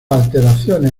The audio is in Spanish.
alteraciones